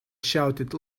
shouted